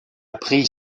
pris